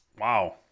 Wow